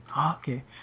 okay